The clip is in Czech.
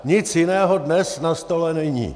Nic jiného dnes na stole není.